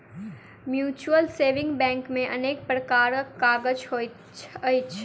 mutual saving bank मे अनेक प्रकारक काज होइत अछि